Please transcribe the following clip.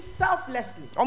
selflessly